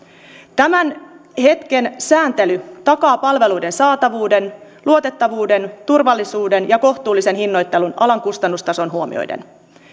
tämän hetken sääntely takaa palveluiden saatavuuden luotettavuuden turvallisuuden ja kohtuullisen hinnoittelun alan kustannustason huomioiden